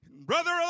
brother